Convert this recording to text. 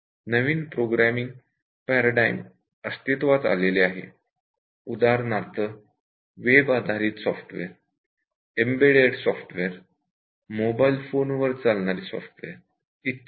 नवीन programming paradigm अस्तित्वात आलेले आहेत उदाहरणार्थ वेब आधारित software embedded software mobile phone वर चालणारी सॉफ्टवेअर इत्यादी